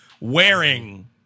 wearing